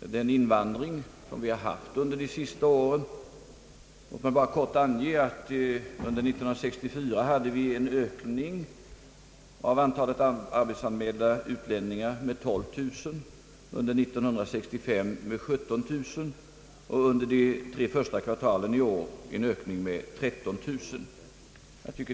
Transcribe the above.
den invandring som vi har haft under de senaste åren. Låt mig bara kort ange att under år 1964 hade vi en ökning av antalet arbetsanmälda utlänningar med 12000, under 1965 med 17 000 och under de tre första kvartalen i år en ökning med 13 000.